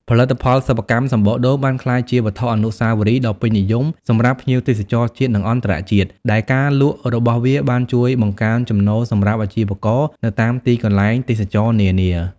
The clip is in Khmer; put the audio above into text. ផលិតផលសិប្បកម្មសំបកដូងបានក្លាយជាវត្ថុអនុស្សាវរីយ៍ដ៏ពេញនិយមសម្រាប់ភ្ញៀវទេសចរណ៍ជាតិ និងអន្តរជាតិ ដែលការលក់របស់វាបានជួយបង្កើនចំណូលសម្រាប់អាជីវករនៅតាមទីកន្លែងទេសចរណ៍នានា។